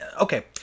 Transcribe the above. okay